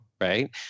right